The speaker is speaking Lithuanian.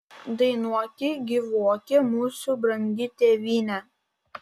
dainuoki gyvuoki mūsų brangi tėvyne